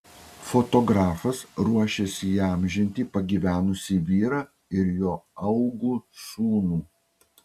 fotografas ruošiasi įamžinti pagyvenusį vyrą ir jo augų sūnų